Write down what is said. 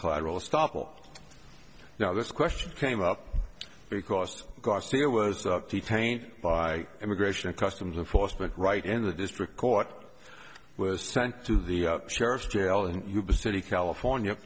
collateral estoppel now this question came up because garcia was detained by immigration and customs enforcement right in the district court was sent to the sheriff's jail in yuba city california